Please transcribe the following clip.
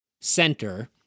center